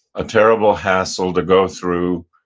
a terrible hassle to go through,